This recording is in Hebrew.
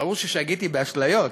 ראו ששגיתי באשליות,